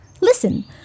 Listen